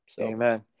Amen